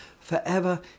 forever